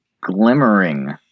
glimmering